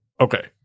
okay